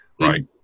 Right